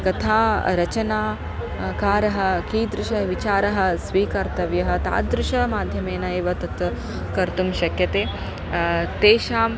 तथा रचना कारः कीदृशविचारः स्वीकर्तव्यः तादृशमाध्यमेन एव तत् कर्तुं शक्यते तेषां